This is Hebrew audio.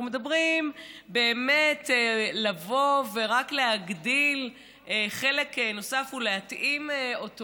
אנחנו מדברים באמת לבוא ולהגדיל רק חלק נוסף ולהתאים אותו.